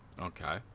Okay